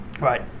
right